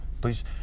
Please